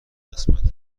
قسمت